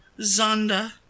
Zonda